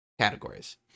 categories